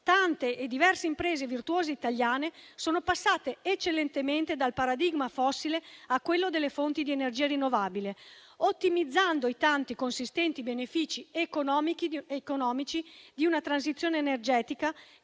tante e diverse imprese virtuose italiane sono passate eccellentemente dal paradigma fossile a quello delle fonti di energia rinnovabile, ottimizzando i tanti consistenti benefici economici di una transizione energetica